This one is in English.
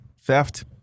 theft